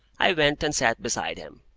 i went and sat beside him,